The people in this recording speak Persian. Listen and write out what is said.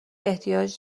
احتیاج